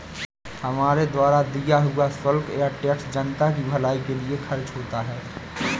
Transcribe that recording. हमारे द्वारा दिया हुआ शुल्क या टैक्स जनता की भलाई के लिए खर्च होता है